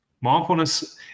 Mindfulness